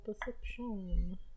perception